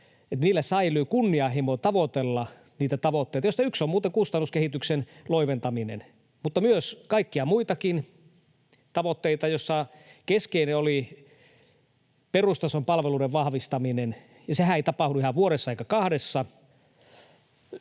säilyy kunnianhimo tavoitella niitä tavoitteita, joista yksi on muuten kustannuskehityksen loiventaminen, mutta myös kaikkia muita tavoitteita, joissa keskeinen oli perustason palveluiden vahvistaminen, ja sehän ei tapahdu ihan vuodessa eikä kahdessa,